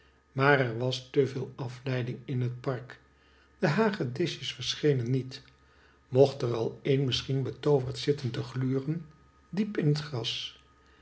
maar er was te veel afleiding in het park de hagedisjes verschenen niet mocht er al een misschien betooverd zitten te gluren diep in het gras